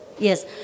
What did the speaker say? Yes